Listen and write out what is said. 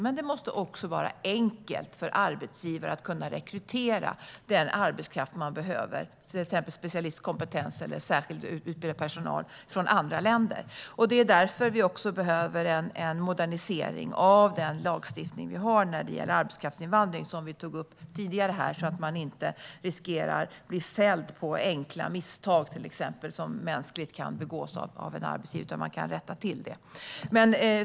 Men det måste också vara enkelt för arbetsgivare att rekrytera den arbetskraft de behöver, till exempel specialistkompetens eller särskilt utbildad personal, från andra länder. Det är också därför vi behöver en modernisering av den lagstiftning vi har för arbetskraftsinvandring så att man inte riskerar att bli fälld på grund av enkla misstag som arbetsgivaren kan begå.